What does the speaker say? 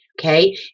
okay